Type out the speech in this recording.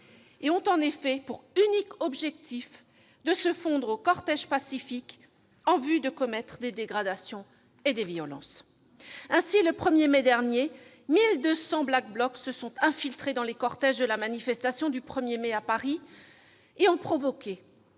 Ils ont en effet pour unique objectif de se fondre dans les cortèges pacifiques pour commettre des dégradations et des violences. Ainsi, 1 200 Black Blocs se sont infiltrés dans les cortèges de la manifestation du 1 mai dernier à Paris et ont provoqué,